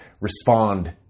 respond